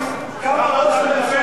שר האוצר,